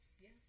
Yes